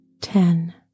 Ten